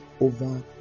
over